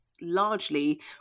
largely